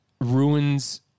ruins